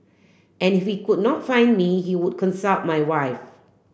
and if he could not find me he would consult my wife